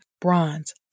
bronze